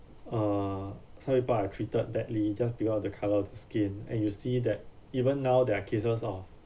uh some people are treated badly just because of the colour of the skin and you see that even now there are cases of